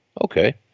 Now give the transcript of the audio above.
Okay